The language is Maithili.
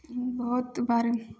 बहुत बार